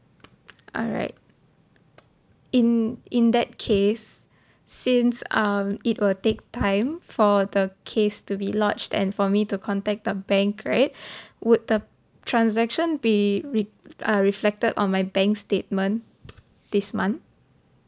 alright in in that case since um it will take time for the case to be lodged and for me to contact the bank right would the transaction be re~ uh reflected on my bank statement this month